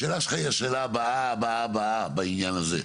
השאלה שלך היא השאלה הבאה, הבאה, הבאה בעניין הזה.